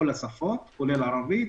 כולל ערבית.